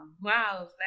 Wow